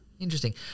Interesting